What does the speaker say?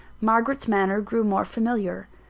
margaret's manner grew more familiar,